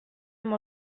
amb